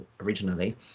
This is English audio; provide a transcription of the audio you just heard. originally